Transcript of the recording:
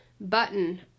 button